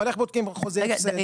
אבל איך בודקים חוזה הפסד?